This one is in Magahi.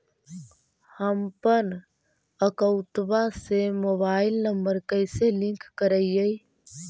हमपन अकौउतवा से मोबाईल नंबर कैसे लिंक करैइय?